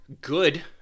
good